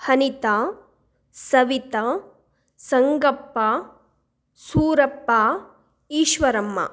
Anita Savita Sangappa Surappa Eshwaramma